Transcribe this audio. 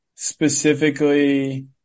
Specifically